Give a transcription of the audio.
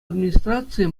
администрацийӗ